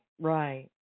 right